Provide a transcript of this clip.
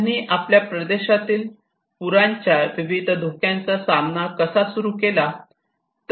त्यांनी आपल्या प्रदेशातील पूरांच्या विविध धोक्यांचा सामना कसा सुरू केला